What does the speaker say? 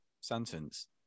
sentence